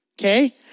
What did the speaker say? Okay